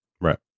right